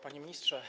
Panie Ministrze!